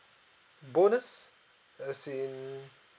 bonus as in